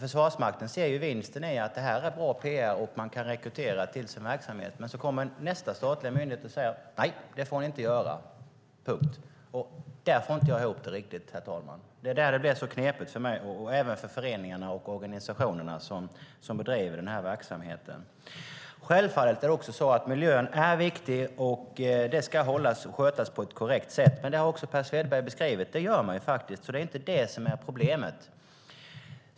Försvarsmakten ser vinster i att det här är bra PR och att man kan rekrytera till sin verksamhet. Så kommer nästa statliga myndighet som säger: Nej, det får ni inte göra punkt. Det där får jag inte riktigt ihop, herr talman. Det är där det blir så knepigt för mig och även för de föreningar och organisationer som bedriver en sådan här verksamhet. Miljön är självfallet viktig, och det ska skötas på ett korrekt sätt. Det gör man faktiskt, och det har Per Svedberg beskrivit. Det är inte det som är problemet.